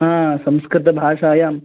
संस्कृतभाषायां